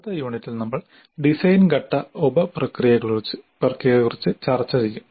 അടുത്ത യൂണിറ്റിൽ നമ്മൾ ഡിസൈൻ ഘട്ട ഉപപ്രക്രിയകളെക്കുറിച്ച് ചർച്ച ചെയ്യും